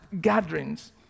gatherings